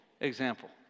example